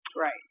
Right